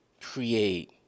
create